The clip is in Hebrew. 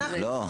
לא, ממש לא.